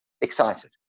excited